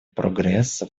прогресса